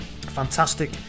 fantastic